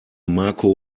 marco